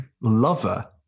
lover